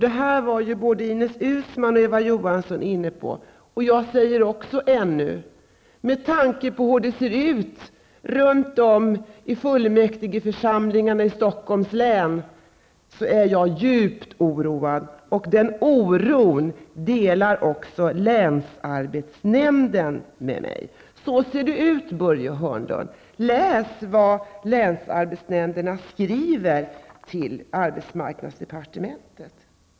Det här var ju både Ines Uusmann och Eva Johansson inne på -- jag säger också ''ännu''. Med tanke på hur det ser ut runt om i fullmäktigeförsamlingarna i Stockholms län är jag djupt oroad, och den oron delar länsarbetsnämnden med mig. Så ser det ut, Börje Hörnlund. Läs vad länsarbetsnämnderna skriver till arbetsmarknadsdepartementet!